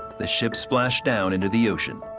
the ship splashed down into the ocean.